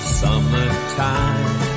summertime